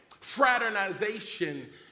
Fraternization